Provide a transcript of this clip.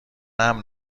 امن